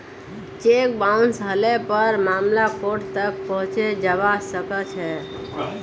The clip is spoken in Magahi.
चेक बाउंस हले पर मामला कोर्ट तक पहुंचे जबा सकछे